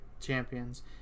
champions